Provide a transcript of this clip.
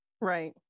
Right